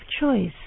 choice